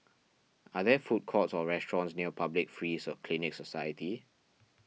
are there food courts or restaurants near Public Free Clinic Society